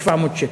700 שקל.